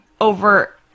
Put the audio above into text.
over